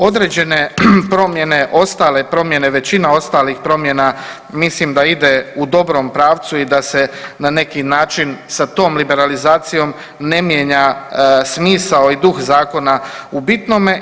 Određene promjene, ostale promjene, većina ostalih promjena mislim da ide u dobrom pravcu i da se na neki način sa tom liberalizacijom ne mijenja smisao i duh zakona u bitnome.